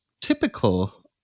typical